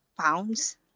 pounds